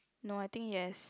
no I think yes